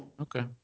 Okay